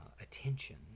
attention